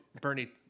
Bernie